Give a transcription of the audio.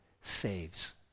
saves